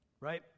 Right